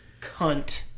Cunt